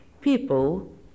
people